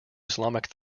islamic